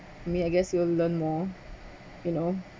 me I guess will learn more you know